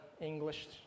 English